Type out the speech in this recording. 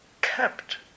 kept